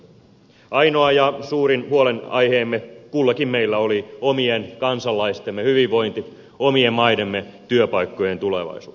ainoa ja suurin huolenaiheemme kullakin meistä oli omien kansalaistemme hyvinvointi omien maidemme työpaikkojen tulevaisuus